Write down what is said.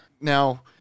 Now